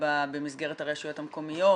במסגרת הרשויות המקומיות?